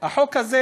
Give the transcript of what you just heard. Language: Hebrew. החוק הזה